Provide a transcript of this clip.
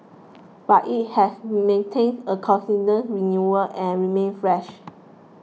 but it has maintained a consistent renewal and remained fresh